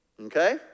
okay